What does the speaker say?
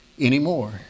anymore